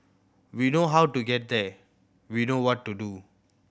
we know how to get there we know what to do